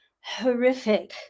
horrific